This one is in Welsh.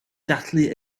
ddathlu